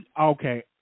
okay